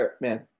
man